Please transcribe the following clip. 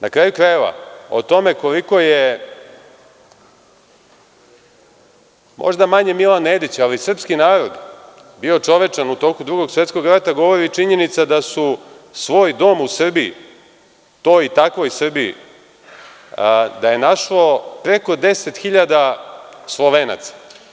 Na kraju krajeva, o tome koliko je možda manje Milan Nedić, ali srpski narod, bio čovečan u toku Drugog svetskog rata, govori činjenica da su svoj dom u Srbiji, toj i takvoj Srbiji, da je našlo preko 10.000 Slovenaca.